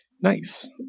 Nice